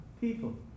people